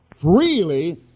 freely